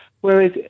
Whereas